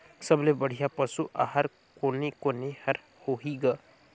सबले बढ़िया पशु आहार कोने कोने हर होही ग?